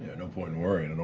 no point in worrying, and